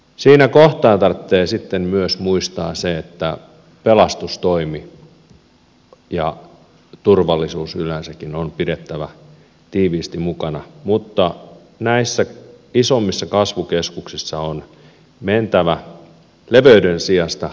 siinä kohtaa tarvitsee sitten myös muistaa se että pelastustoimi ja turvallisuus yleensäkin on pidettävä tiiviisti mukana mutta näissä isommissa kasvukeskuksissa on mentävä leveyden sijasta ylöspäin